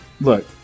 look